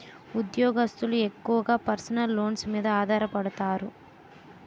ఉద్యోగస్తులు ఎక్కువగా personal loans మీద ఆధారపడతారు